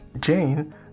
Jane